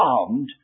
armed